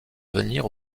venir